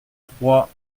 trois